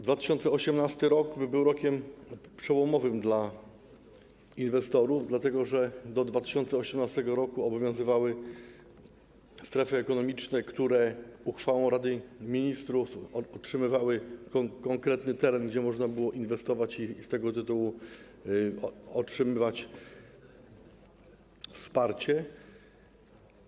2018 r. był rokiem przełomowym dla inwestorów, dlatego że do 2018 r. obowiązywały strefy ekonomiczne, które uchwałą Rady Ministrów otrzymywały konkretny teren, na którym można było inwestować i z tego tytułu otrzymywać wsparcie.